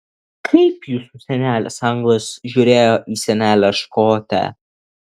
kaip jūsų senelis anglas žiūrėjo į senelę škotę